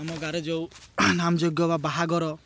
ଆମ ଗାଁରେ ଯେଉଁ ନାମ ଯଂଜ୍ଞ ବା ବାହାଘର